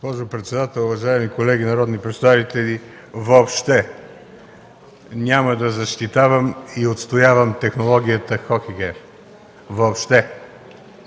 Госпожо председател, уважаеми колеги народни представители! Въобще няма да защитавам и отстоявам технологията „Хохегер”. Въобще!